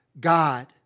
God